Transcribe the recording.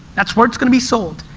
that's where it's gonna be sold.